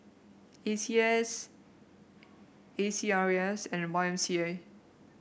A C S A C R E S and Y M C A